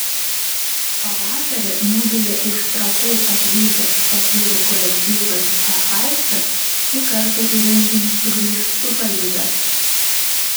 pavasarį mugėje iš trakų atvykęs fakyrų kolektyvas hefaistas šį kartą į renginį sugrįš su palyda